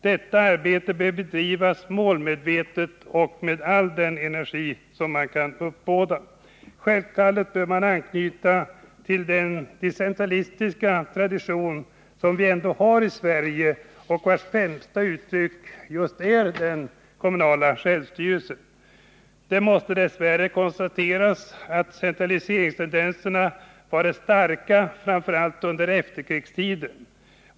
Detta arbete bör bedrivas målmedvetet och med all den energi som man kan uppbåda. Självfallet bör man anknyta till den decentralistiska tradition som vi ändå har i Sverige och vars främsta uttryck just är den kommunala självstyrelsen. Det måste dess värre konstateras att centraliseringstendenserna varit starka, framför allt under efterkrigstiden.